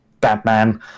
Batman